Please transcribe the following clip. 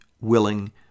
willing